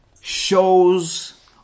shows